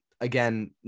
again